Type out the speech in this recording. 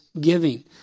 giving